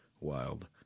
wild